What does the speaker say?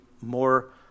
more